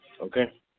Okay